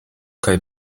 kaj